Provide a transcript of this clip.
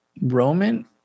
roman